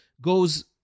goes